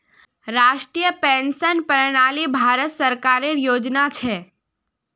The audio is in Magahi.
राष्ट्रीय पेंशन प्रणाली भारत सरकारेर योजना छ